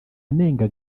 anenga